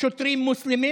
שוטרים מוסלמים